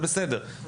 זה בסדר.